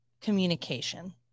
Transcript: communication